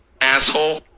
Asshole